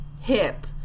hip